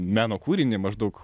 meno kūrinį maždaug